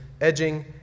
Edging